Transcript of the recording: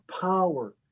power